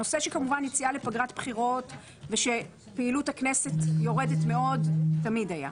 הנושא של יציאה לפגרת בחירות ושפעילות הכנסת יורדת מאוד תמיד היה,